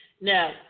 Now